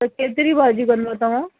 त केतिरी भाॼी कंदो तव्हां